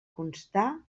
constar